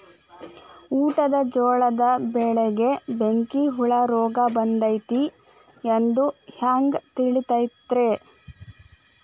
ಊಟದ ಜೋಳದ ಬೆಳೆಗೆ ಬೆಂಕಿ ಹುಳ ರೋಗ ಬಂದೈತಿ ಎಂದು ಹ್ಯಾಂಗ ತಿಳಿತೈತರೇ?